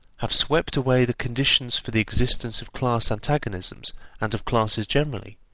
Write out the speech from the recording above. have swept away the conditions for the existence of class antagonisms and of classes generally,